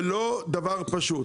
זה לא דבר פשוט.